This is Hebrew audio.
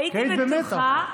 היית במתח.